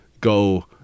go